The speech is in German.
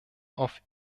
auf